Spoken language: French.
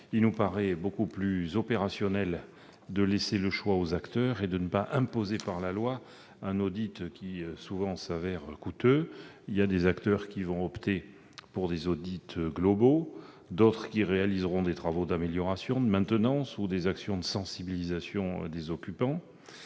Il nous paraît beaucoup plus opérationnel de laisser le choix aux acteurs et de ne pas imposer par la loi un audit qui s'avère souvent coûteux. Certains acteurs opteront pour des audits globaux, d'autres réaliseront des travaux d'amélioration, de maintenance ou des actions de sensibilisation des occupants.